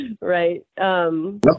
right